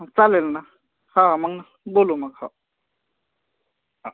हं चालेल ना हा आ मग बोलू मग हो ह